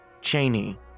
Cheney